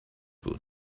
بود